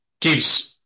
gives